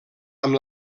amb